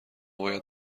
باید